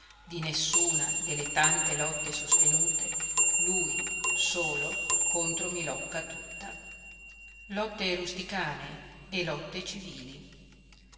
di nessuna delle tante lotte sostenute lui solo contro milocca tutta lotte rusticane e lotte civili